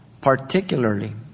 particularly